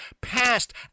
passed